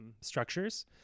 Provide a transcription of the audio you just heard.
structures